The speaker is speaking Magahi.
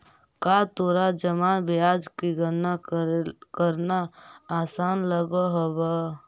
का तोरा जमा ब्याज की गणना करना आसान लगअ हवअ